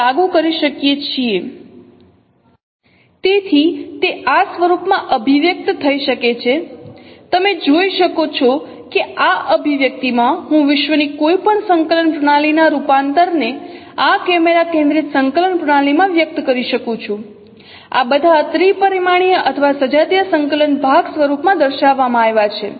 2450 સમયેસ્લાઇડ ચકાસો તેથી તે આ સ્વરૂપમાં અભિવ્યક્ત થઈ શકે છે તમે જોઈ શકો છો કે આ અભિવ્યક્તિમાં હું વિશ્વની કોઈ સંકલન પ્રણાલીના રૂપાંતરને આ કેમેરા કેન્દ્રિત સંકલન પ્રણાલીમાં વ્યક્ત કરી શકું છું આ બધાત્રિ પરિમાણીય અથવા સજાતીય સંકલન ભાગ સ્વરૂપમાં દર્શાવવામાં આવ્યા છે